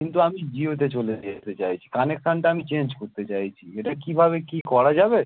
কিন্তু আমি জিওতে চলে যেতে চাইছি কানেকশানটা আমি চেঞ্জ করতে চাইছি এটা কীভাবে কী করা যাবে